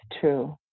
true